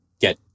get